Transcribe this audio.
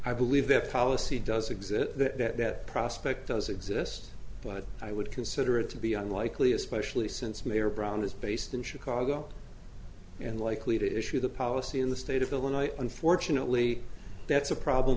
i believe that policy does exist that prospect does exist but i would consider it to be unlikely especially since mayor brown is based in chicago and likely to issue the policy in the state of illinois unfortunately that's a problem